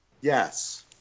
Yes